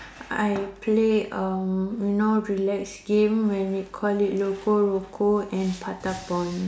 I play um you know relax game when you call it Loco-Roco and Patapon